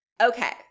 Okay